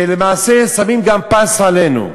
שלמעשה שמים גם פס עלינו.